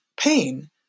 pain